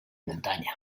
muntanya